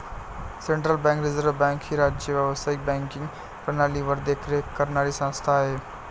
central bank reserve bank ही राज्य व्यावसायिक बँकिंग प्रणालीवर देखरेख करणारी संस्था आहे